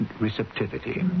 receptivity